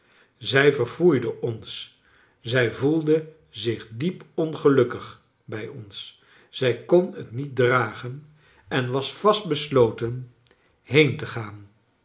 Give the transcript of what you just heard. zij verfoeide ons zij voelde zich diep ongelukkig bij ons zij kon het niet dragen en was vastbesloten been te gaan